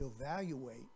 evaluate